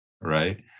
right